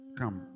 come